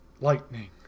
Lightning